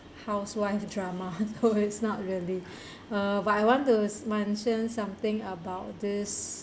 housewife drama it's not really but I want to mention something about this